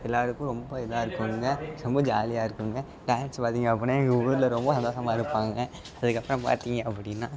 எல்லோருக்கும் ரொம்ப இதாக இருக்கும்ங்க ரொம்ப ஜாலியாக இருக்கும்ங்க டான்ஸ் பார்த்திங்க அப்பிட்ன்னா எங்கள் ஊரில் ரொம்ப சந்தோஷமா இருப்பாங்க அதுக்கப்புறம் பார்த்திங்க அப்பிடின்னா